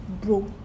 Bro